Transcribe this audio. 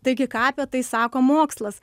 taigi ką apie tai sako mokslas